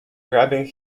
grabbing